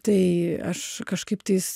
tai aš kažkaip tais